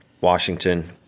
Washington